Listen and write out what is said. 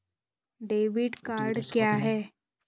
Debit card क्या है?